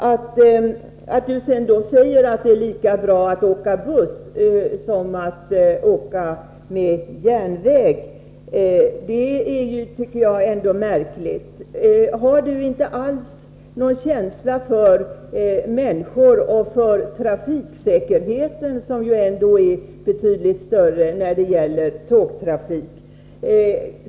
Att Olle Östrand sedan säger att det är lika bra att åka buss som att åka med järnväg tycker jag ändå är märkligt. Har Olle Östrand inte alls någon känsla för människor — och för trafiksäkerheten, som ju är betydligt större när det gäller tågtrafik?